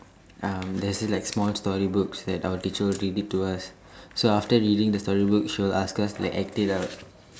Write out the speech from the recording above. um there is this like small story books that our teacher will read it to us so after reading the story book she will ask us like act it out